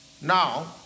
Now